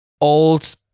old